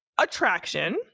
attraction